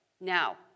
Now